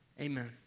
amen